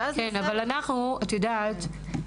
את יודעת,